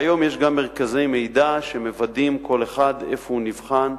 והיום יש גם מרכזי מידע שבאמצעותם מוודא כל אחד איפה הוא נבחן,